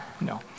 No